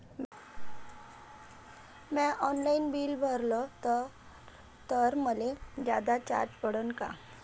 म्या online bill भरलं तर मले जादा चार्ज पडन का?